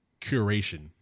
curation